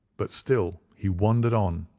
but still he wandered on,